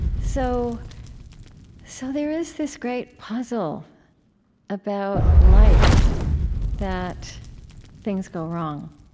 so so there is this great puzzle about life that things go wrong,